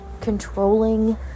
controlling